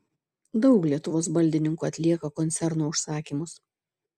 daug lietuvos baldininkų atlieka koncerno užsakymus